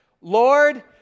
Lord